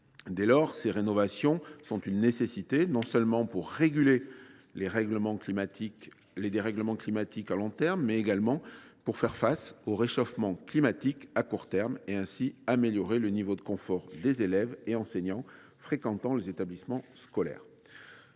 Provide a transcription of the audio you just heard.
Dès lors, ces rénovations sont une nécessité, non seulement pour réguler les effets à long terme des dérèglements climatiques, mais également pour faire face au réchauffement climatique à court terme, et ainsi améliorer le niveau de confort des élèves et enseignants fréquentant les établissements scolaires.